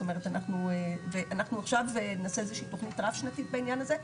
אנחנו עכשיו נעשה איזה שהיא תוכנית רב שנתית בעניין הזה,